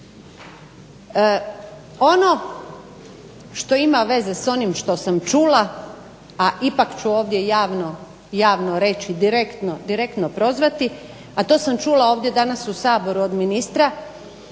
Ono što ima veze s onim što sam čula, a ipak ću ovdje javno reći, direktno prozvati, a to sam čula ovdje danas u Saboru od ministra,